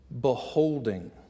beholding